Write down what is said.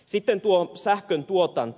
sitten tuo sähkön tuotanto